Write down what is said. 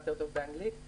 אני הייתי בוועדת בכר,